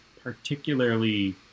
particularly